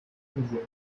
the